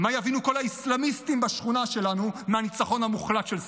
מה יבינו כל האסלאמיסטים בשכונה שלנו מהניצחון המוחלט של סנוואר.